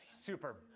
super